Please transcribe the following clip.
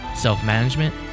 Self-management